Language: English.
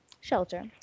shelter